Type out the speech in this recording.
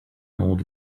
old